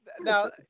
Now